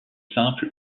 simples